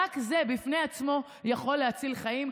רק זה בפני עצמו יכול להציל חיים,